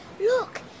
look